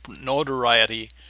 notoriety